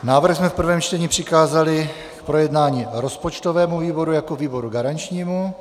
Návrh jsme v prvém čtení přikázali k projednání rozpočtovému výboru jako výboru garančnímu.